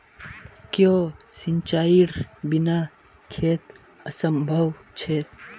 क्याँ सिंचाईर बिना खेत असंभव छै?